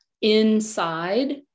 inside